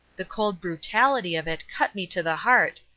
the cold brutality of it cut me to the heart,